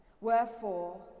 Wherefore